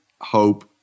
hope